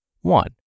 One